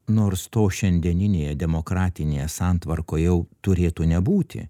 nors to šiandieninėje demokratinėje santvarkoj jau turėtų nebūti